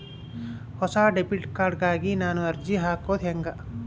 ಹೊಸ debit card ಗಾಗಿ ನಾನು ಅರ್ಜಿ ಹಾಕೊದು ಹೆಂಗ?